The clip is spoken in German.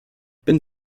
bin